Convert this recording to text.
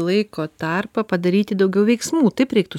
laiko tarpą padaryti daugiau veiksmų taip reiktų